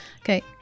okay